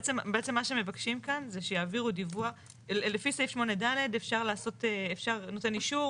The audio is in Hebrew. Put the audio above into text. בעצם מה שמבקשים כאן לפי סעיף 8 (ד') נותן אישור